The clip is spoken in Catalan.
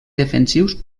defensius